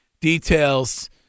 details